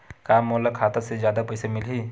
का मोला खाता से जादा पईसा मिलही?